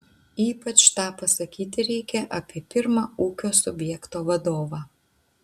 ypač tą pasakyti reikia apie pirmą ūkio subjekto vadovą